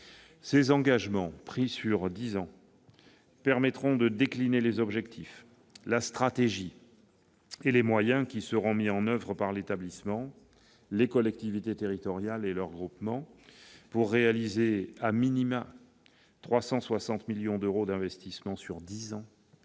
Ces engagements, pris sur dix ans, permettront de décliner les objectifs, la stratégie et les moyens qui seront mis en oeuvre par l'établissement, les collectivités territoriales et leurs groupements, pour réaliser 360 millions d'euros d'investissements sur dix ans